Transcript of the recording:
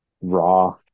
raw